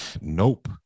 Nope